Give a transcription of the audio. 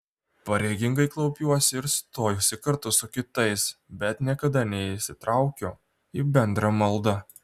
pareigingai klaupiuosi ir stojuosi kartu su kitais bet niekada neįsitraukiu į bendrą maldą